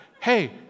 Hey